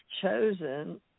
chosen